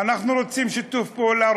אנחנו רוצים שיתוף פעולה,